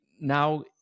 now